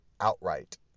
outright